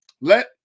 Let